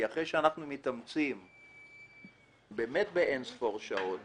כי אחרי שאנחנו מתאמצים באין-ספור שעות